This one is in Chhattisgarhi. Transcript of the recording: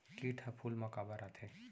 किट ह फूल मा काबर आथे?